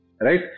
right